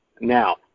Now